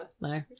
No